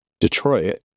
Detroit